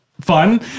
fun